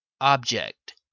Object